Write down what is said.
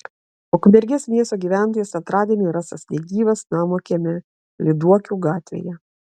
ukmergės miesto gyventojas antradienį rastas negyvas namo kieme lyduokių gatvėje